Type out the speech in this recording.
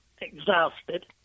exhausted